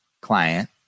client